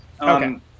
Okay